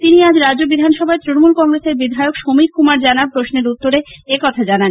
তিনি আজ রাজ্য বিধানসভায় তৃণমূল কংগ্রেস বিধায়ক সমীর কুমার জানার প্রশ্নের উত্তরে একথা জানান